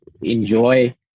enjoy